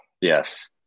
Yes